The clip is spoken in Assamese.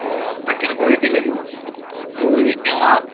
অঁ আপোনাক কেনেকুৱা গাখীৰ লাগিব দৈ এৱাঁ